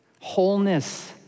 Wholeness